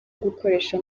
gukoresha